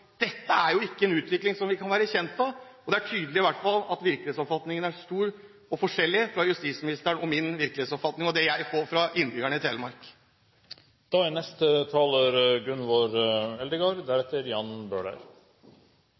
Dette er jo en utvikling som vi ikke kan være bekjent av. Det er i hvert fall tydelig at virkelighetsoppfatningen hos justisministeren og hos meg – og den jeg får fra innbyggerne i Telemark – er